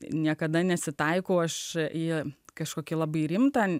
niekada nesitaiko aš kažkokie labai rimta